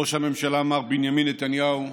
ראש הממשלה מר בנימין נתניהו,